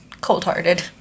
cold-hearted